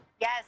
Yes